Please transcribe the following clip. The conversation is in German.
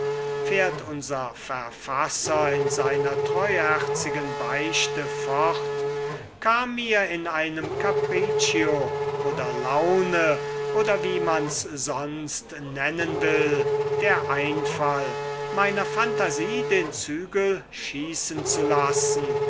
fährt unser verfasser in seiner treuherzigen beichte fort kam mir in einem anstoß von capriccio oder laune oder wie man's sonst nennen will der einfall meiner phantasie den zügel schießen zu lassen